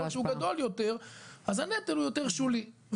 כשהוא גדול יותר אז הנטל הוא יותר שולי,